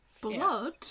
Blood